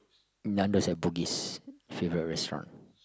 Nando's at Bugis favourite restaurant